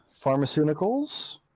Pharmaceuticals